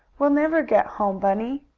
we'll never get home, bunny!